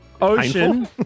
Ocean